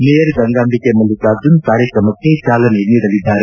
mayor Gangambike Mallikarjun ಕಾರ್ಯಕ್ರಮಕ್ಕೆ ಚಾಲನೆ ನೀಡಲಿದ್ದಾರೆ